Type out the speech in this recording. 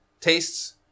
tastes